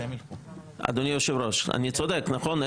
אדוני היושב-ראש, אני צודק, נכון?